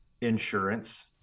insurance